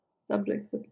subject